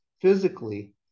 physically